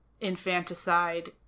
infanticide